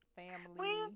family